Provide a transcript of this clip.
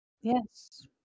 Yes